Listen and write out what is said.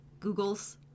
googles